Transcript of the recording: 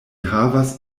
havas